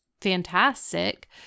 fantastic